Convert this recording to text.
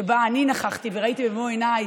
שאני נכחתי בהם וראיתי במו עיניי